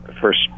first